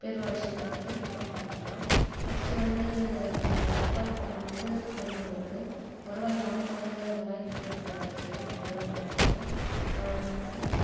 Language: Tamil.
பேரூராட்சி இருக்குறது வந்து விழுப்புரம் மாவட்டம் தான் நெக்ஸ்ட் வந்து அதில் வருவாய் கோட்டம் வந்து பதிமூன்று இருக்குது வருவாய் கிராமங்கள் வந்து தொளாயிரத்தி முப்பத்தி இரண்டு இருக்குது நம்ம விழுப்புரம் மாவட்டத்தில்